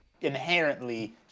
inherently